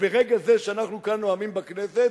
וברגע זה שאנחנו כאן נואמים בכנסת